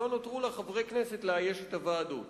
שלא נותרו לה חברי כנסת לאייש את הוועדות.